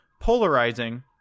polarizing